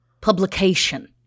publication